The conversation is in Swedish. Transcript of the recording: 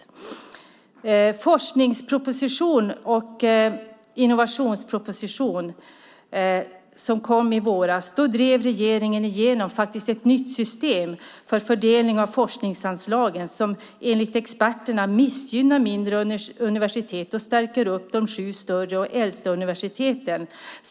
I forskningspropositionen och innovationspropositionen som kom i våras drev regeringen igenom ett nytt system för fördelning av forskningsanslagen som enligt experterna missgynnar mindre universitet och stärker de sju större och äldsta universiteten.